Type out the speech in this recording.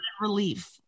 Relief